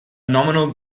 nominal